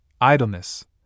idleness